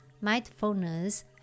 Mindfulness